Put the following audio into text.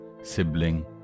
sibling